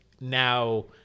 now